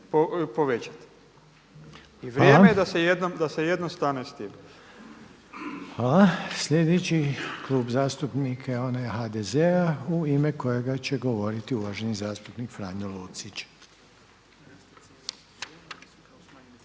povećati. I vrijeme je da se jednom stane s time. **Reiner, Željko (HDZ)** Hvala. Sljedeći Klub zastupnika je onaj HDZ-a u ime kojega će govoriti uvaženi zastupnik Franjo Lucić.